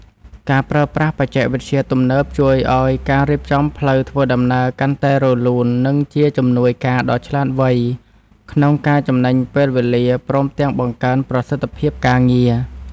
ការប្រើប្រាស់បច្ចេកវិទ្យាទំនើបជួយឱ្យការរៀបចំផ្លូវធ្វើដំណើរកាន់តែរលូន និង ជាជំនួយការដ៏ឆ្លាតវៃក្នុងការចំណេញពេលវេលាព្រមទាំងបង្កើនប្រសិទ្ធភាពការងារ។